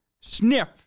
sniff